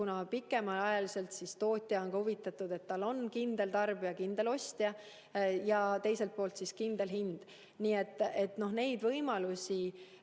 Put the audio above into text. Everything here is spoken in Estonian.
hinna. Pikemaajaliselt on ka tootja huvitatud, et tal on kindel tarbija, kindel ostja, ja teiselt poolt kindel hind. Nii et neid võimalusi